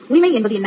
உரிமை என்பது என்ன